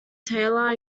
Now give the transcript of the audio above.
taylor